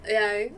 ya